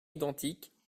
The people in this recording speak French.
identiques